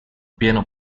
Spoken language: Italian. pieno